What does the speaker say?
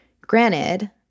Granted